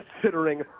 considering